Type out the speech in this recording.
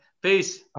peace